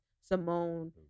Simone